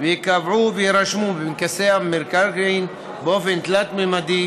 ייקבעו ויירשמו בפנקסי המקרקעין באופן תלת-ממדי